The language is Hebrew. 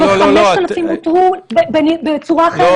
ו-5,000 אותרו בצורה אחרת.